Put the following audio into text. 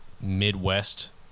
Midwest